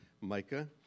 Micah